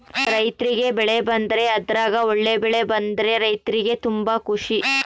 ರೈರ್ತಿಗೆ ಬೆಳೆ ಬಂದ್ರೆ ಅದ್ರಗ ಒಳ್ಳೆ ಬೆಳೆ ಬಂದ್ರ ರೈರ್ತಿಗೆ ತುಂಬಾ ಖುಷಿ